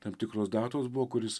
tam tikros datos buvo kur jis